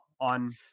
on –